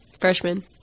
Freshman